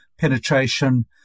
penetration